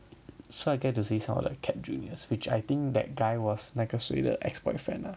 so I get to see some of the CAPT juniors which I think that guy was 那个谁的 ex boyfriend lah